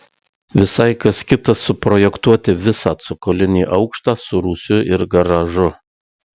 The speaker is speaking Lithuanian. visai kas kita suprojektuoti visą cokolinį aukštą su rūsiu ir garažu